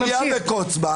הוא אומר: "אליה וקוץ בה.